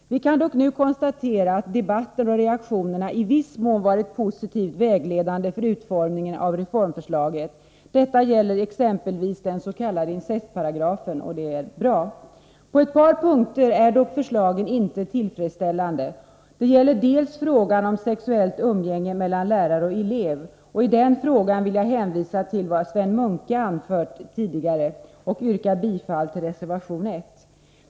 Vi kan dock nu konstatera att debatten och reaktionerna i viss mån varit positivt vägledande vid utformningen av reformförslagen. Detta gäller exempelvis den s.k. incestparagrafen, och det är bra. På ett par punkter är dock förslagen inte tillfredsställande. Den första punkten gäller frågan om sexuellt umgänge mellan lärare och elev. I den frågan vill jag hänvisa till vad Sven Munke anfört tidigare och yrka bifall till reservation 1.